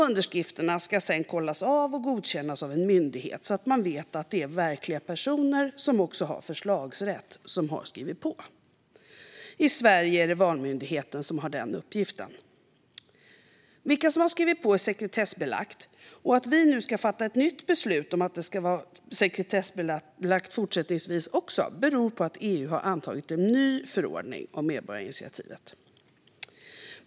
Underskrifterna ska sedan kollas och godkännas av en myndighet, så att man vet att det är verkliga personer med förslagsrätt som har skrivit på. I Sverige är det Valmyndigheten som har den uppgiften. Vilka som har skrivit under är sekretessbelagt. Att vi nu ska fatta ett nytt beslut om att det ska vara sekretessbelagt också fortsättningsvis beror på att EU har antagit en ny förordning om medborgarinitiativet.